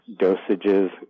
dosages